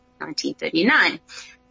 1939